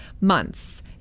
months